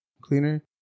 cleaner